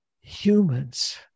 Humans